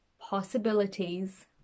possibilities